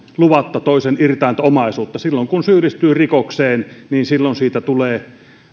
luvatta toisen irtainta omaisuutta silloin kun syyllistyy rikokseen niin silloin siitä tulee